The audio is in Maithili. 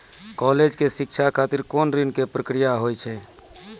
कालेज के शिक्षा खातिर कौन ऋण के प्रक्रिया हुई?